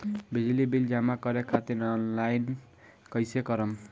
बिजली बिल जमा करे खातिर आनलाइन कइसे करम?